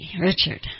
Richard